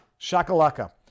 shakalaka